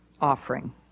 Offering